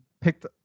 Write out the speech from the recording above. picked